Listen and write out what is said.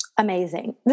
Amazing